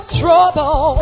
trouble